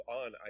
on